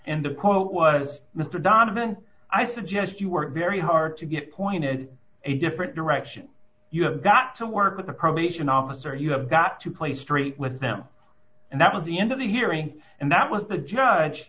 and the quote was mr donovan i suggest you work very hard to get pointed a different direction you have got to work with the probation officer you have got to play straight with them and that was the end of the hearing and that was the judge